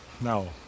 No